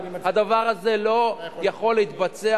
הדבר הזה לא יכול להתבצע,